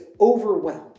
overwhelmed